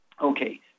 Okay